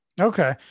okay